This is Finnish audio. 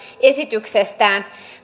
esityksestään